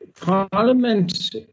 Parliament